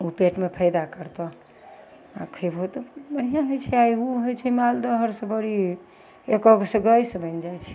ओ पेटमे फायदा करतऽ आओर खएबहो तऽ बढ़िआँ होइ छै आओर ओ होइ छै मालदह आओरसे एक एक से गैस बनि जाइ छै